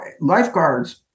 lifeguards